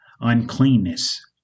uncleanness